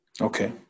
Okay